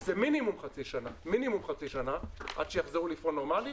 זה מינימום חצי שנה עד שהם יחזרו לפעול נורמלי,